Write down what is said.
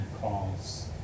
calls